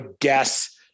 guess